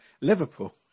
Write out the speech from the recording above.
Liverpool